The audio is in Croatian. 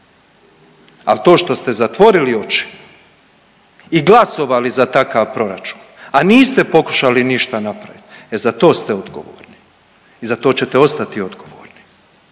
al to što ste zatvorili oči i glasovali za takav proračun, a niste pokušali ništa napravit, e za to ste odgovorni i za to ćete ostati odgovorni